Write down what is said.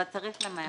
אבל צריך למהר.